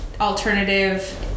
alternative